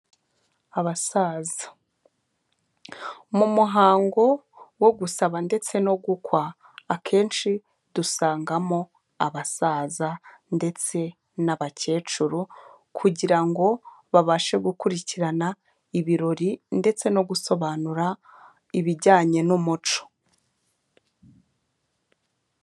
Abasaza. Mu muhango wo gusaba ndetse no gukwa, akenshi dusangamo abasaza ndetse n'abakecuru kugira ngo babashe gukurikirana ibirori ndetse no gusobanura ibijyanye n'umuco.